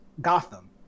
Gotham